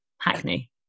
hackney